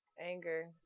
Anger